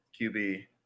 QB